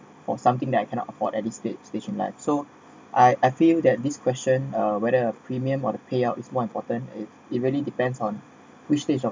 for something that I cannot afford at this stage stages in life so I I feel that this question uh whether a premium or the payout is more important if it really depends on which stage of